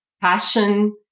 passion